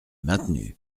maintenu